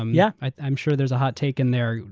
um yeah i'm sure there's a hot take in there.